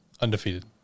undefeated